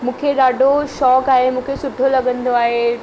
मूंखे ॾाढो शौक़ु आहे मूंखे सुठो लॻंदो आहे